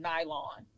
Nylon